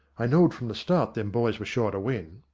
i knowed from the start them boys was sure to win,